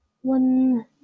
One